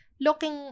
looking